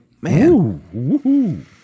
man